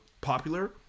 popular